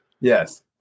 Yes